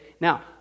Now